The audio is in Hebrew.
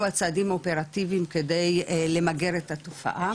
הצעדים האופרטיביים כדי למגר את התופעה,